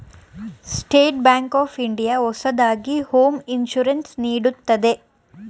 state Bank of India ಹೊಸದಾಗಿ home insurance ನೀಡುತ್ತಿದೆ